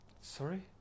Sorry